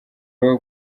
rwo